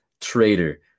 traitor